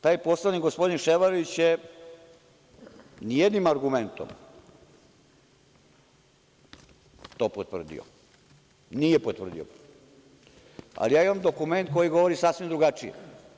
Taj poslanik, gospodin Ševarlić, nijednim argumentom to nije potvrdio, ali ja imam dokument koji govori sasvim drugačije.